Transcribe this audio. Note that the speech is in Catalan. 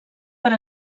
per